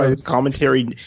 commentary